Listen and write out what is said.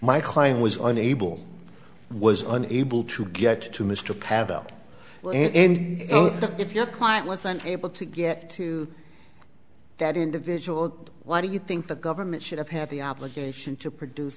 my client was unable was unable to get to mr pavel well and if your client wasn't able to get to that individual why do you think the government should have had the obligation to produce